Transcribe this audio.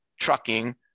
trucking